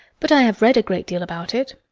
but i have read a great deal about it.